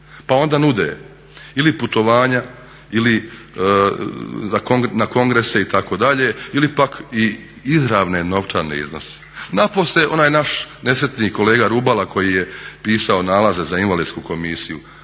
Pa onda nude ili putovanja ili na kongrese itd. ili pak izravne novčane iznose Napose onaj naš nesretni kolega Rubala koji je pisao nalaze za invalidsku komisiju.